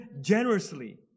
generously